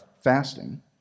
fasting